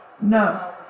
No